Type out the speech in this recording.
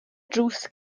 drws